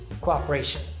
cooperation